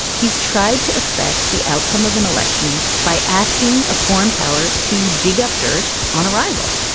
he's tried to affect the outcome of an election by asking a foreign power to dig up dirt on arrival.